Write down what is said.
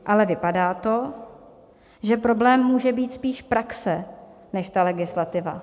Ale vypadá to, že problém může být spíš praxe než ta legislativa.